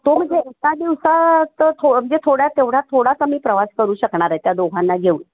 तो म्हणजे एका दिवसात थो म्हणजे थोड्या तेवढ्या थोडा कमी प्रवास करू शकणार आहे त्या दोघांना घेऊन